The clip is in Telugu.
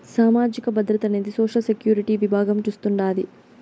సామాజిక భద్రత అనేది సోషల్ సెక్యూరిటీ విభాగం చూస్తాండాది